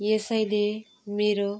यसैले मेरो